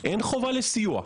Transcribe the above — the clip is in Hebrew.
אין חובה לסיוע.